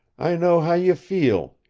i know how you feel,